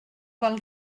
val